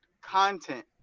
content